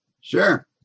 Sure